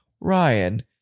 ryan